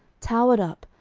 towered up,